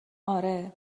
آره